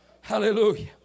hallelujah